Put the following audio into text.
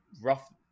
rough